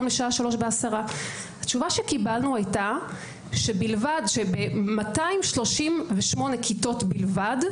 לשעה 15:10. התשובה שקיבלנו הייתה שבלבד שב-238 כיתות בלבד,